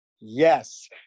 yes